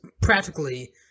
practically